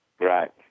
Right